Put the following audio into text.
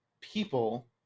people